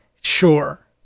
sure